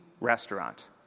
restaurant